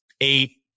eight